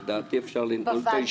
לדעתי, אפשר לנעול את הישיבה.